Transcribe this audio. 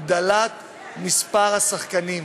הגדלת מספר השחקנים.